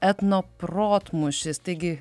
etnoprotmūšis taigi